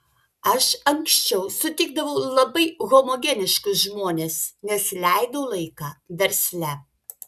aš anksčiau sutikdavau labai homogeniškus žmones nes leidau laiką versle